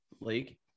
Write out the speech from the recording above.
League